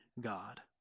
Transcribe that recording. God